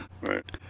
Right